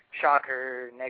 Shocker